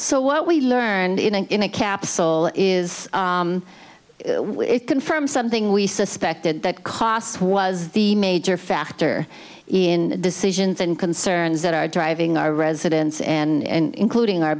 so what we learned in an in a capsule is it confirms something we suspected that cost was the major factor in decisions and concerns that are driving our residents and including our